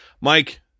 Mike